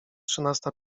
trzynasta